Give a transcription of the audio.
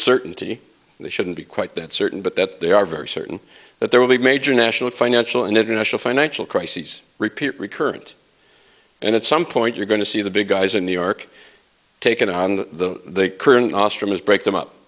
certainty they shouldn't be quite that certain but that they are very certain that there will be major national financial and international financial crises repeat recurrent and at some point you're going to see the big guys in new york take it on the current austrians break them up